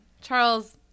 Charles